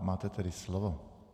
Máte tedy slovo.